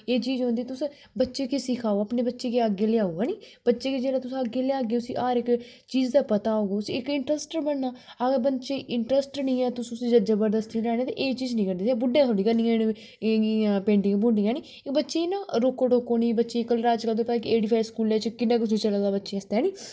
एह् चीज होंदी तुस बच्चे गी सिखाओ अपने बच्चे गी अग्गे लेआओ है नी बच्चे गी जिल्लै तुसें अग्गे लेआगे उसी हर इक चीज दा पता होग उसी इक इंट्रस्ट बनना अगर बच्चे ई इंट्रस्ट निं ऐ तुस उसी जबरदस्ती लेआनी ते एह् चीज निं करनी अदे बुड्ढे थोड़ी करनियां इनें एह् पेटिंगां पुटिंगा है नी एह् बच्चे ई न रोको टोको निं बच्चें ई ए डी स्कूलें च किन्ना कुछ चले दा बच्चें आस्तै है नी